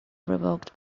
revoked